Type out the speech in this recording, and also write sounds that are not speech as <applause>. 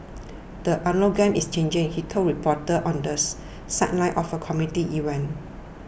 the algorithm is changing he told reporters on the <unintelligible> sidelines of a community event